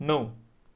णव